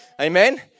Amen